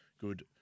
good